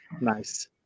nice